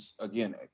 again